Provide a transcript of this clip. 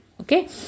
okay